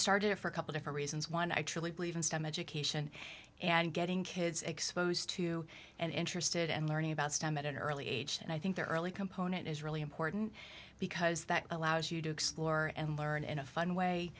started it for a couple of reasons one i truly believe in stem education and getting kids exposed to and interested and learning about stem at an early age and i think their early component is really important because that allows you to explore and learn in a fun way